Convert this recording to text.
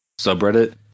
subreddit